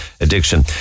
addiction